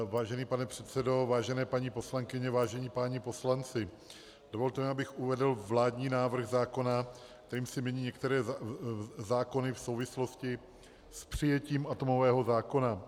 Vážený pane předsedo, vážené paní poslankyně, vážení páni poslanci, dovolte mi, abych uvedl vládní návrh zákona, kterým se mění některé zákony v souvislosti s přijetím atomového zákona.